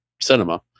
cinema